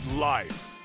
life